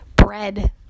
bread